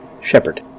Shepard